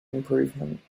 improvement